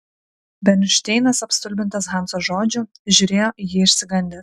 bernšteinas apstulbintas hanso žodžių žiūrėjo į jį išsigandęs